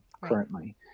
currently